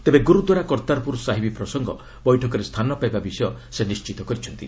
ତେବେ ଗୁରୁଦ୍ୱାରା କର୍ତ୍ତାରପୁର ସାହିବ୍ ପ୍ରସଙ୍ଗ ବୈଠକରେ ସ୍ଥାନ ପାଇବା ବିଷୟ ସେ ନିଶ୍ଚିତ କରିଛନ୍ତି